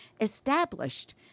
established